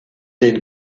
den